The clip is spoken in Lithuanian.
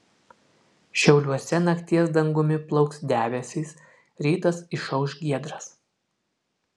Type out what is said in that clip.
šiauliuose nakties dangumi plauks debesys rytas išauš giedras